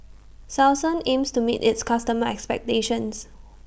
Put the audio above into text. Selsun aims to meet its customers' expectations